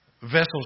vessels